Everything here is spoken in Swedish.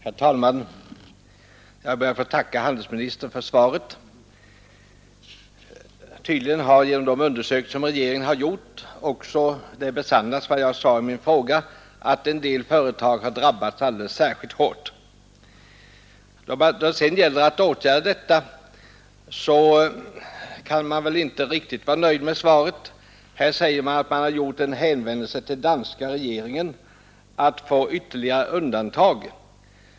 Herr talman! Jag ber att få tacka handelsministern för svaret. Tydligen har genom de undersökningar som regeringen har gjort också besannats vad jag sade i min fråga — att en hel del företag har drabbats alldeles särskilt hårt. När det gäller att åtgärda detta kan man väl inte riktigt vara nöjd med svaret. Här sägs att man har gjort en hänvändelse till danska regeringen att få ytterligare undantag.